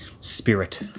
spirit